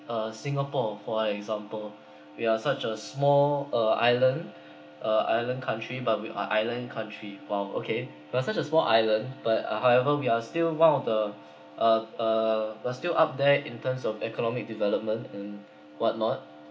uh singapore for example we are such a small uh island uh island country but we are island country !wow! okay we are such a small island but uh however we are still one of the uh uh we are still up there in terms of economic development and whatnot